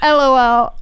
lol